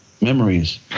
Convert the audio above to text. memories